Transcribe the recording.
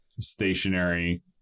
stationary